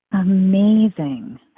Amazing